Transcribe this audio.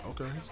okay